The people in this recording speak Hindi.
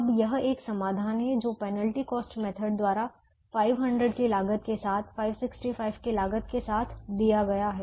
अब यह एक समाधान है जो पेनल्टी कॉस्ट मेथड द्वारा 500 की लागत के साथ और 565 की लागत के साथ दिया गया है